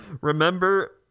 Remember